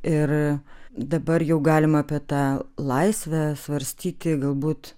ir dabar jau galima apie tą laisvę svarstyti galbūt